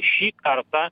šį kartą